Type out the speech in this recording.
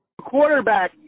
Quarterback